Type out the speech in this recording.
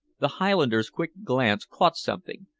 the highlander's quick glance caught something,